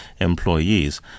employees